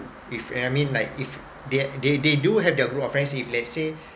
if I mean like if they're they they do have their group of friends if let's say